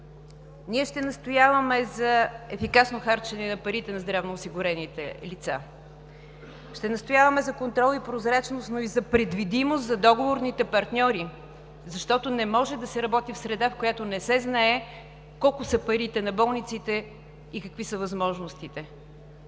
Ние ще настояваме за ефикасно харчене на парите на здравноосигурените лица. Ще настояваме за контрол и прозрачност, но и за предвидимост за договорните партньори, защото не може да се работи в среда, в която не се знае колко са парите на болниците и какви са възможностите.